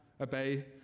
obey